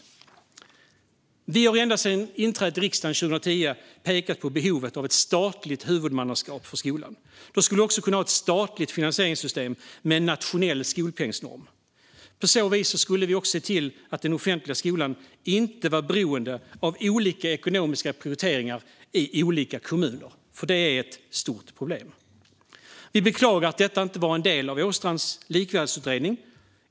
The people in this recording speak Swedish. Sverigedemokraterna har ända sedan inträdet i riksdagen 2010 pekat på behovet av ett statligt huvudmannaskap för skolan. Då skulle vi också kunna ha ett statligt finansieringssystem med en nationell skolpengsnorm. På så vis skulle vi se till att den offentliga skolan inte är beroende av olika ekonomiska prioriteringar i olika kommuner - det är ett stort problem. Vi beklagar att detta inte var en del av Åstrands likvärdighetsutredning.